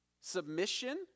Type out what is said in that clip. Submission